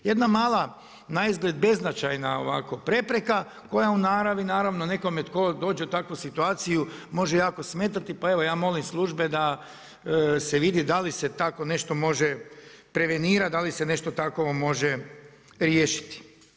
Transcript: Jedna mala naizgled beznačajna ovako prepreka koja u naravi nekome tko dođe u takvu situaciju može jako smetati pa evo ja molim službe da se vidi da li se takvo nešto može prevenirati, da li se nešto takovo može riješiti.